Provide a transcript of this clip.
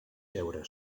jeure